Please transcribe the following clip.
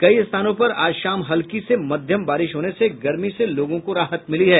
कई स्थानों पर आज शाम हल्की से मध्यम बारिश होने से गर्मी से लोगों को राहत मिली है